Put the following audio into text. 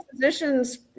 physicians